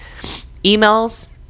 emails